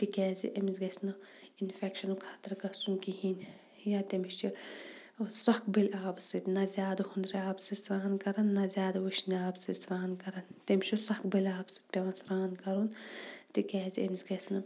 تکیازِ امِس گَژھِ نہٕ اِنفیٚکشَنُک خَطرٕ گَژھُن کِہیٖنۍ یا تٔمِس چھ سۄکھبٔلۍ آبہٕ سۭتۍ زیادٕ ہُنٛدرٕ آبہٕ سۭتۍ سران کَران نہَ زیادٕ وٕشنہِ آبہٕ سۭتۍ سران کَران تٔمِس چھُ سۄکھبٔلۍ آبہٕ پیٚوان سران کَرُن تکیازِ أمس گَژھِ نہٕ